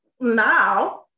now